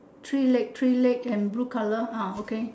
three leg three leg and blue colour ah okay